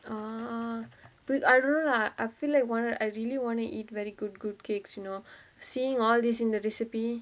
ah i~ I don't know lah I feel like I wan~ I really wanna eat very good good cakes you know seeing all these in the recipe